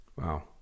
Wow